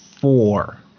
four